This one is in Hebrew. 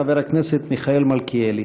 חבר הכנסת מיכאל מלכיאלי.